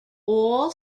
all